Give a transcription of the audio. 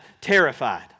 terrified